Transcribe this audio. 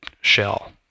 shell